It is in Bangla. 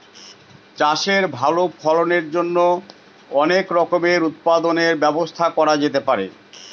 চাষের ভালো ফলনের জন্য অনেক রকমের উৎপাদনের ব্যবস্থা করা যেতে পারে